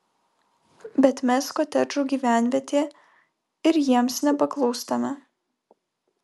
bet mes kotedžų gyvenvietė ir jiems nepaklūstame